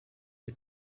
der